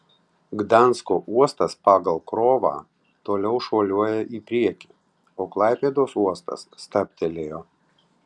gdansko uostas pagal krovą toliau šuoliuoja į priekį o klaipėdos uostas stabtelėjo